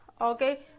Okay